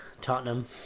Tottenham